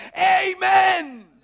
Amen